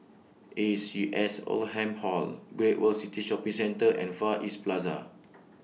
A C S Oldham Hall Great World City Shopping Centre and Far East Plaza